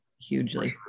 Hugely